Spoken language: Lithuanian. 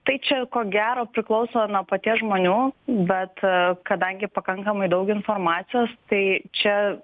tai čia ko gero priklauso nuo paties žmonių bet kadangi pakankamai daug informacijos tai čia